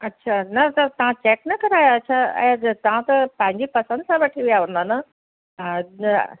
अच्छा न त तव्हां चेक न करायो छा ऐं तव्हां त पंहिंजी पसंदि सां वठी विया हूंदा न हा न